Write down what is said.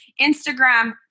Instagram